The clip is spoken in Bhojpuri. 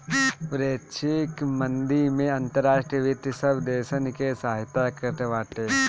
वैश्विक मंदी में अंतर्राष्ट्रीय वित्त सब देसन के सहायता करत बाटे